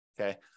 okay